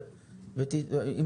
אני